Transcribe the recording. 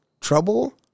trouble